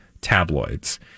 tabloids